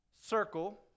circle